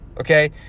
Okay